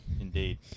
Indeed